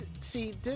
see